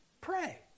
pray